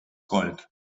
gold